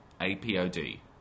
A-P-O-D